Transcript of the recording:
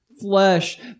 flesh